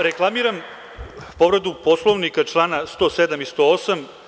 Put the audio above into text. Reklamiram povredu Poslovnika, čl. 107. i 108.